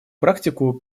практику